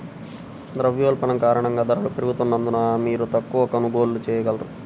ద్రవ్యోల్బణం కారణంగా ధరలు పెరుగుతున్నందున, మీరు తక్కువ కొనుగోళ్ళు చేయగలరు